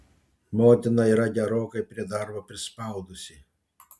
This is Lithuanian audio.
motina yra gerokai prie darbo prispaudusi